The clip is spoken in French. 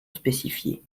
spécifié